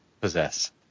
possess